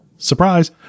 surprise